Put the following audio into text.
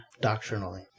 doctrinally